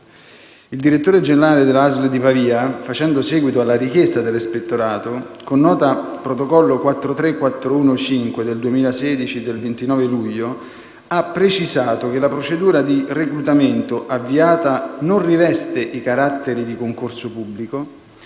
Il direttore generale della ASL di Pavia, facendo seguito alla richiesta dell'Ispettorato, con nota avente numero di protocollo 43415/2016 del 29 luglio 2016, ha precisato che la procedura di reclutamento avviata non riveste i caratteri di concorso pubblico,